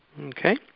Okay